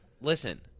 Listen